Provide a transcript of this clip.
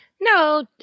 No